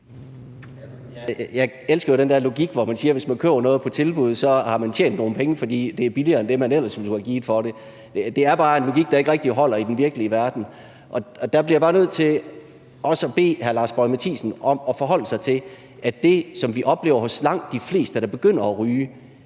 Jeg elsker den der logik, hvor man siger, at hvis man køber noget på tilbud, har man tjent nogle penge, fordi det er billigere end det, man ellers ville have givet for det. Det er bare en logik, der ikke rigtig holder i den virkelige verden. Der bliver jeg bare nødt til også at bede hr. Lars Boje Mathiesen om at forholde sig til, at det, som vi oplever hos langt de fleste, der begynder at ryge,